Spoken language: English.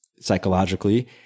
psychologically